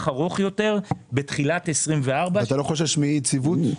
ארוך יותר בתחילת 2024. אתה לא חושש מאי-יציבות?